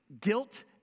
guilt